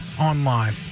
online